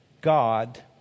God